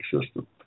system